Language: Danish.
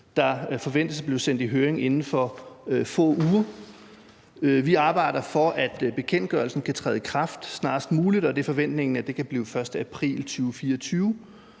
der forventes at blive sendt i høring inden for få uger. Vi arbejder for, at bekendtgørelsen kan træde i kraft snarest muligt, og det er forventningen, at det kan blive den 1. april 2024.